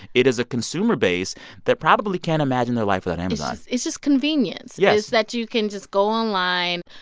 it is a consumer base that probably can't imagine their life without amazon it's it's just convenience yes it's that you can just go online,